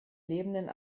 lebenden